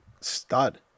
Stud